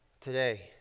today